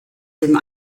dem